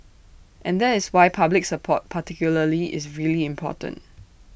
and that is why public support particularly is really important